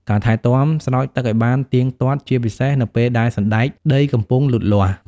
ការថែទាំ ស្រោចទឹកឱ្យបានទៀងទាត់ ជាពិសេសនៅពេលដែលសណ្តែកដីកំពុងលូតលាស់។